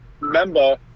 member